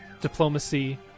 Diplomacy